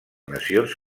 nacions